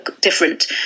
different